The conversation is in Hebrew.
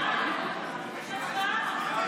יש הצבעה.